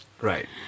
Right